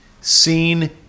seen